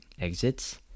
exits